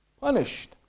punished